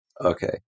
Okay